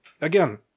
Again